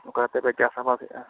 ᱱᱚᱠᱟ ᱠᱟᱛᱮ ᱠᱚ ᱪᱟᱥ ᱟᱵᱟᱫ ᱮᱫᱟ